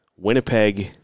Winnipeg